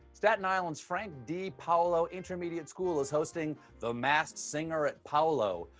staten island's frank d. paulo intermediate school is hosting the masked singer at paulo,